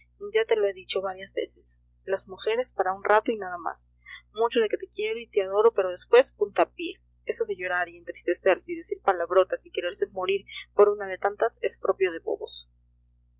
ya te lo he dicho varias veces las mujeres para un rato y nada más mucho de que te quiero y te adoro pero después puntapié eso de llorar y entristecerse y decir palabrotas y quererse morir por una de tantas es propio de bobos